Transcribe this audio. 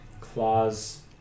claws